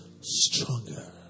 stronger